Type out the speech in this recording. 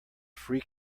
free